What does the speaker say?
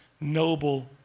noble